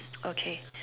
okay